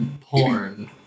porn